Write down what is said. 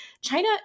China